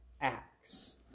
acts